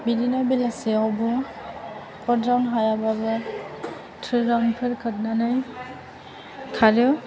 बिदिनो बेलासियावबो four round हायाबाबो थ्रि राउन्ड फोर खारनानै खारो